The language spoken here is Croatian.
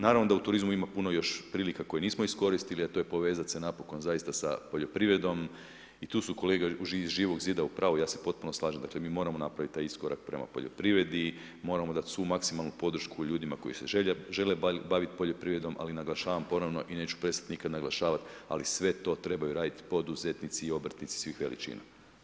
Naravno da u turizmu ima puno još prilika koje nismo iskoristili, a to je povezati se napokon zaista sa poljoprivredom, i tu se kolege iz Živog zida u pravu, ja se potpuno slažem, mi moramo napraviti taj iskorak prema poljoprivredi, moramo dati svu maksimalnu podršku ljudima koji se žele baviti poljoprivredom ali naglašavam ponovno i neću prestati nikad naglašavati, ali sve to trebaju raditi poduzetnici i obrtnici svih veličina.